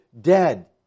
Dead